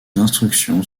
instructions